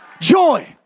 joy